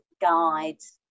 guides